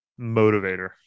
motivator